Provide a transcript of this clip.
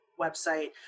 website